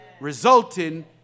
resulting